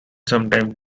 sometimes